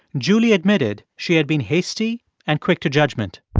julie admitted she had been hasty and quick to judgment